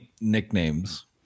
nicknames